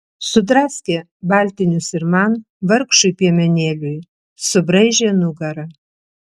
sudraskė baltinius ir man vargšui piemenėliui subraižė nugarą